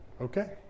okay